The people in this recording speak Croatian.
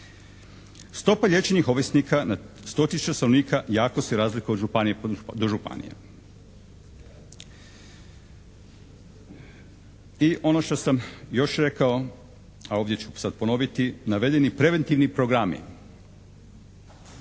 Stopa liječenih ovisnika na 100 tisuća stanovnika jako se razlikuje od županije do županije. I ono što sam još rekao a ovdje ću sad ponoviti, navedeni preventivni programi